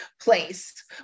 place